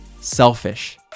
selfish